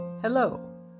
Hello